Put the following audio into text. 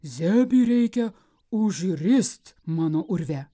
zebį reikia užrist mano urve